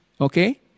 Okay